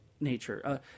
nature